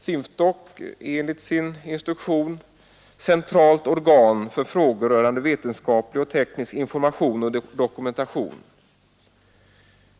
SINFDOK är enligt sin instruktion centralt organ för frågor rörande vetenskaplig och teknisk information och dokumentation.